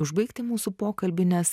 užbaigti mūsų pokalbį nes